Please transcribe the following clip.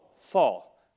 fall